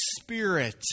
Spirit